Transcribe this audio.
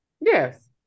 Yes